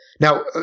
now